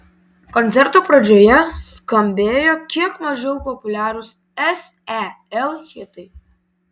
koncerto pradžioje skambėjo kiek mažiau populiarūs sel hitai